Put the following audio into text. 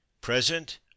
present